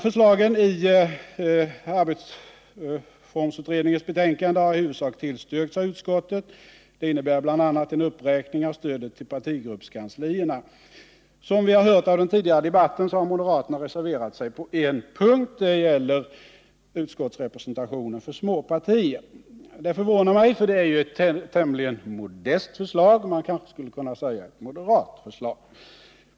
Förslagen i arbetsformsutredningens betänkande har i huvudsak tillstyrkts av utskottet. Det innebär bl.a. en uppräkning av stödet till partigruppskanslierna. Som vi har hört av den tidigare debatten har moderaterna reserverat sig på en punkt. Det gäller utskottsrepresentationen för små partier. Det förvånar mig, eftersom det ju är ett tämligen modest förslag, man kanske skulle kunna säga ett moderat förslag.